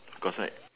of course right